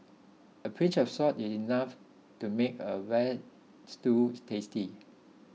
a pinch of salt is enough to make a Veal Stew tasty